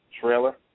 trailer